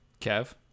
Kev